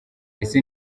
ese